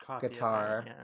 guitar